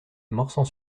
morsang